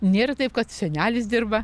nėra taip kad senelis dirba